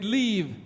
leave